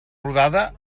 rodada